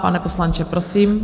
Pane poslanče, prosím.